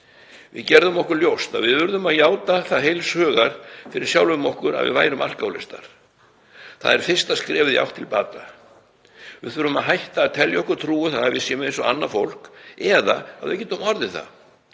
Við gerðum okkur ljóst að við urðum að játa það heils hugar fyrir sjálfum okkur að við værum alkóhólistar. Það er fyrsta skrefið í átt til bata. Við þurfum að hætta að telja okkur trú um að við séum eins og annað fólk eða að við getum orðið það.